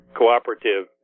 cooperative